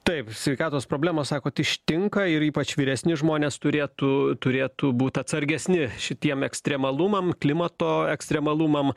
taip sveikatos problemos sakot ištinka ir ypač vyresni žmonės turėtų turėtų būt atsargesni šitiem ekstremalumam klimato ekstremalumam